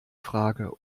frage